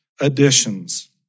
additions